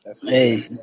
Hey